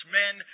men